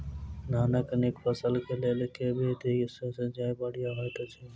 धानक नीक फसल केँ लेल केँ विधि सँ सिंचाई बढ़िया होइत अछि?